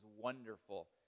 wonderful